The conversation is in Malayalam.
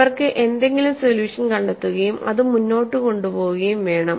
അവർക്ക് എന്തെങ്കിലും സൊല്യൂഷൻ കണ്ടെത്തുകയും അത് മുന്നോട്ട് കൊണ്ടുപോകുകയും വേണം